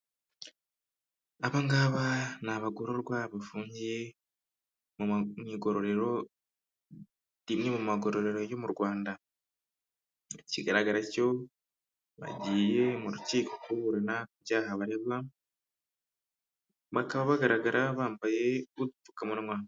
Aba ngaba ni abagororwa bafungiye mu igororero rimwe mu magororero yo mu Rwanda, ikigaragara icyo bagiye mu rukiko kuburana ibyaha baregwa, bakaba bagaragara bambaye n'udupfukamunwa.